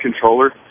controller